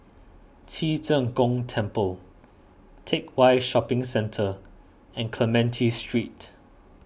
Ci Zheng Gong Temple Teck Whye Shopping Centre and Clementi Street